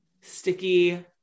sticky